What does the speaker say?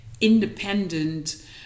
independent